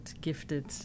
gifted